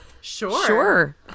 sure